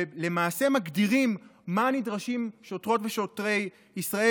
ולמעשה מגדירים מה נדרשים שוטרות ושוטרי ישראל